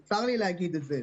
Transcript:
צר לי לומר את זה.